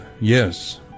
yes